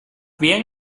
bien